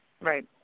Right